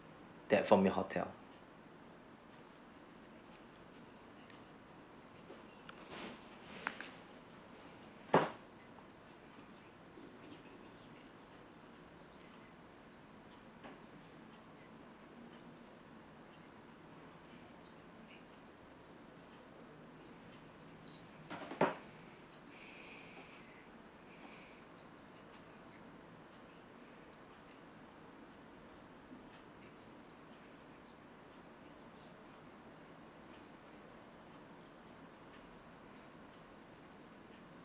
that from your hotel